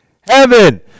Heaven